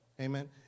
Amen